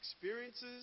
experiences